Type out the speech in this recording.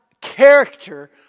character